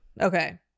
Okay